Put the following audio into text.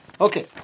Okay